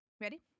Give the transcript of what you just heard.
ready